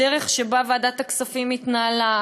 הדרך שבה ועדת הכספים התנהלה,